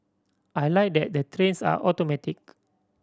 I like that the trains are automatic